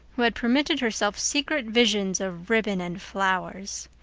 who had permitted herself secret visions of ribbon and flowers.